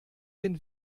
den